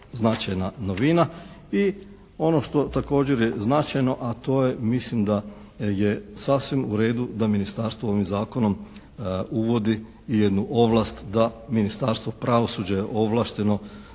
značajna novina i ono što također je značajno, a to je mislim da je sasvim u redu da ministarstvo ovim zakonom uvodi i jednu ovlast da Ministarstvo pravosuđa je ovlašteno